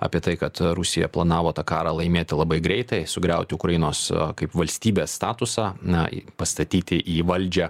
apie tai kad rusija planavo tą karą laimėti labai greitai sugriauti ukrainos kaip valstybės statusą na pastatyti į valdžią